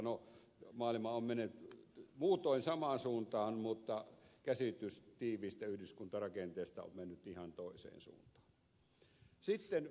no maailma on mennyt muutoin samaan suuntaan mutta käsitys tiiviistä yhdyskuntarakenteesta on mennyt ihan toiseen suuntaan